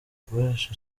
guhesha